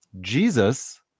jesus